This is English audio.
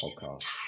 podcast